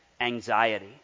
anxiety